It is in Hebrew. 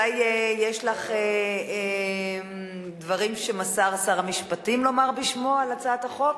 אולי יש לך דברים שמסר שר המשפטים לומר בשמו על הצעת החוק?